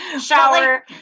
shower